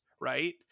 right